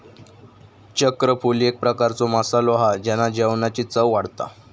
चक्रफूल एक प्रकारचो मसालो हा जेना जेवणाची चव वाढता